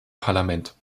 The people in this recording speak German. parlament